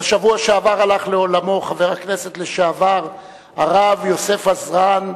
בשבוע שעבר הלך לעולמו חבר הכנסת לשעבר הרב יוסף עזרן,